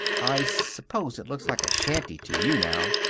i suppose it looks like a shanty to you now.